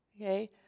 Okay